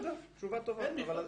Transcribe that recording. אין מכרז.